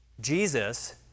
Jesus